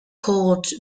called